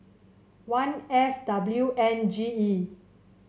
one F W N G E